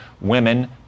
women